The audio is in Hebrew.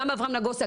גם אברהם נגוסה,